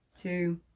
Two